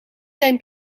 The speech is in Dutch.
zijn